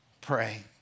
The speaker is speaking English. pray